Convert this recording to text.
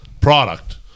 product